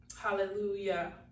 Hallelujah